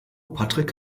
patrick